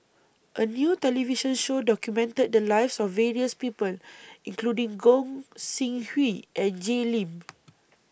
A New television Show documented The Lives of various People including Gog Sing Hooi and Jay Lim